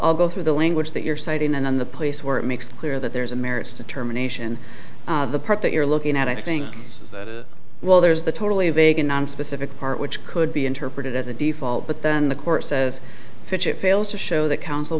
i'll go through the language that you're citing and then the place where it makes clear that there's a merits determination the part that you're looking at i think well there's the totally vague and nonspecific part which could be interpreted as a default but then the court says fish it fails to show the coun